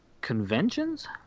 conventions